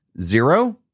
Zero